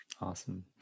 Awesome